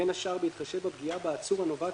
בין השאר בהתחשב בפגיעה בעצור הנובעת